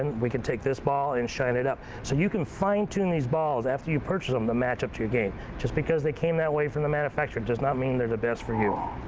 we can take this ball and shine it up. so, you can fine tune these balls after you purchase them to match up to your game. just because they came that way from the manufacturer does not mean they're the best for you.